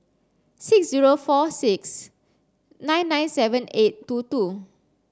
six zero four six nine nine seven eight two two